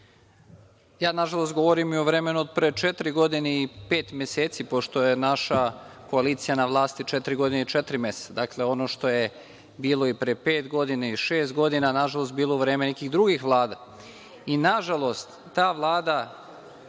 Ja, nažalost, govorim i o vremenu od pre četiri godine i pet meseci pošto je naša koalicija na vlasti četiri godine i četiri meseca. Dakle, ono što je bilo i pre pet godina i šest godina, nažalost, bilo je u vreme nekih drugih vlada. I, nažalost, toj vladi